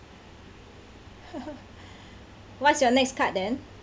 what's your next card then